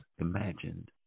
imagined